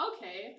Okay